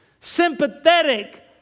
Sympathetic